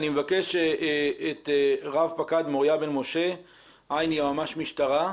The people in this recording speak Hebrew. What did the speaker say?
אני מבקש את רב פקד מוריה בן משה ע' יועמ"ש משטרה.